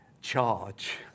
charge